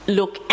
look